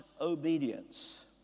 obedience